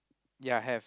ya have